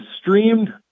streamed